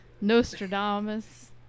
Nostradamus